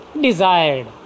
desired